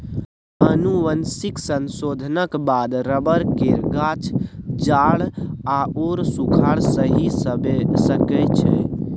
आनुवंशिक संशोधनक बाद रबर केर गाछ जाड़ आओर सूखाड़ सहि सकै छै